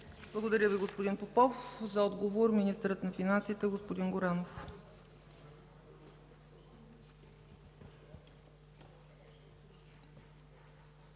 Благодаря Ви, господин Попов. За отговор – министърът на финансите господин Горанов.